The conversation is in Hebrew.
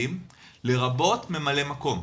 לרבות ממלאי מקום,